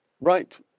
Right